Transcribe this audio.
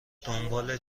دنبال